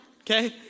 okay